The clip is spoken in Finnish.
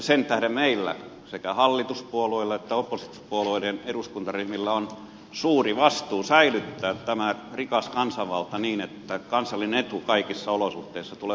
sen tähden meillä sekä hallituspuolueilla että oppositiopuolueiden eduskuntaryhmillä on suuri vastuu säilyttää tämä rikas kansanvalta niin että kansallinen etu kaikissa olosuhteissa tulee huomioitua